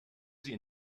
sie